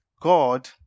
God